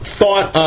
thought